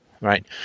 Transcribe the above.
Right